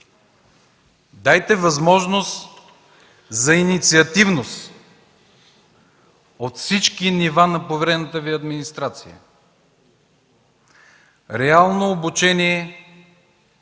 дайте възможност за инициативност от всички нива на поверената Ви администрация, реално обучение за